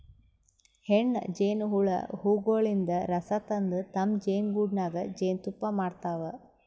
ಹೆಣ್ಣ್ ಜೇನಹುಳ ಹೂವಗೊಳಿನ್ದ್ ರಸ ತಂದ್ ತಮ್ಮ್ ಜೇನಿಗೂಡಿನಾಗ್ ಜೇನ್ತುಪ್ಪಾ ಮಾಡ್ತಾವ್